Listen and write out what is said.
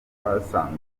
twasanze